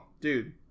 dude